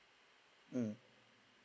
mm